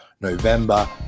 November